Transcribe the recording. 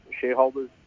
shareholders